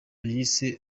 yise